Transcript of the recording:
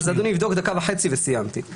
אדוני יבדוק דקה וחצי וסיימתי.